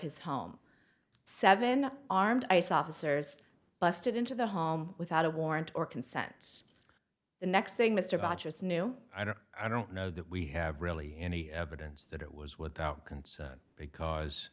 his home seven armed ice officers busted into the home without a warrant or consents the next thing mr bachus knew i don't i don't know that we have really any evidence that it was without consent because